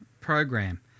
program